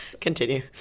Continue